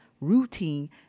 routine